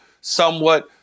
somewhat